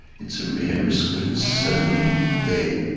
it's a rare risk but it's certainly there.